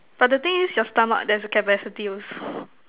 but the thing is your stomach there's a capacity also